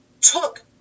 took